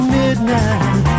midnight